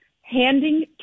handing